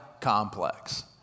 complex